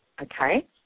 okay